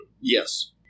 Yes